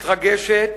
מתרגשת,